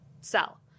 sell